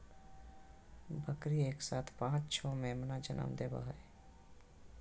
बकरी एक साथ पांच छो मेमना के जनम देवई हई